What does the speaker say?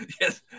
Yes